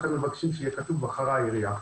לכן מבקשים שיהיה כתוב: בחרה העירייה.